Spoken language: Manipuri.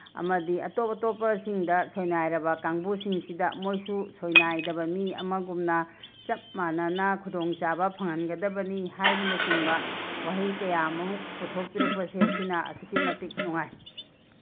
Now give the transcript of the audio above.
ꯑꯃꯗꯤ ꯑꯇꯣꯞ ꯑꯇꯣꯞꯄꯁꯤꯡꯗ ꯁꯣꯏꯅꯥꯏꯔꯕ ꯀꯥꯡꯕꯨꯁꯤꯡꯁꯤꯗ ꯃꯣꯏꯁꯨ ꯁꯣꯏꯅꯥꯏꯗꯕ ꯃꯤ ꯑꯃꯒꯨꯝꯅ ꯆꯞ ꯃꯥꯅꯅ ꯈꯨꯗꯣꯡꯆꯥꯕ ꯐꯪꯍꯟꯒꯗꯕꯅꯤ ꯍꯥꯏꯕꯅꯆꯤꯡꯕ ꯋꯥꯍꯩ ꯀꯌꯥꯃꯨꯛ ꯄꯨꯊꯣꯛꯄꯤꯔꯛꯄꯁꯦ ꯁꯤꯅ ꯑꯁꯨꯛꯀꯤ ꯃꯇꯤꯛ ꯅꯨꯡꯉꯥꯏ